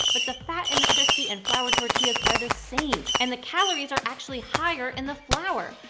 but the fat in the crispy and flour tortillas are the same, and the calories are actually higher in the flour.